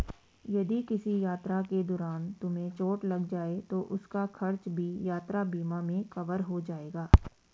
यदि किसी यात्रा के दौरान तुम्हें चोट लग जाए तो उसका खर्च भी यात्रा बीमा में कवर हो जाएगा